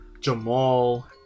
Jamal